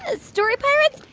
ah story pirates,